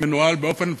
שמנוהל באופן פלנגיסטי.